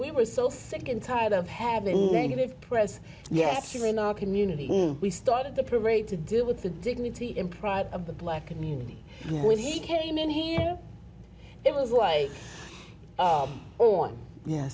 we were so sick and tired of having negative press yesterday in our community we started the parade to deal with the dignity and pride of the black community and when he came in here it was like oh and ye